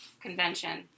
convention